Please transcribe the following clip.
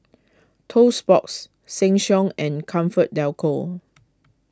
Toast Box Seng Siong and Comfort Delgro